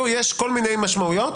יש כל מיני משמעויות,